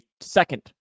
second